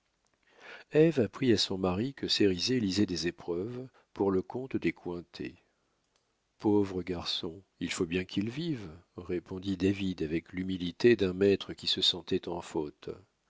apprit à son mari que cérizet lisait des épreuves pour le compte des cointet pauvre garçon il faut bien qu'il vive répondit david avec l'humilité d'un maître qui se sentait en faute